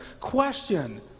question